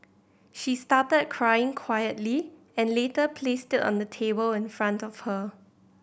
she started crying quietly and later placed it on the table in front of her